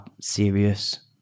serious